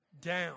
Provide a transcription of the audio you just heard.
down